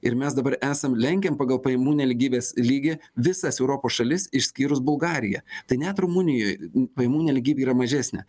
ir mes dabar esam lenkiam pagal pajamų nelygybės lygį visas europos šalis išskyrus bulgariją tai net rumunijoj n pajamų nelygybė yra mažesnė